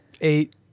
eight